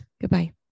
Goodbye